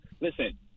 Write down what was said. Listen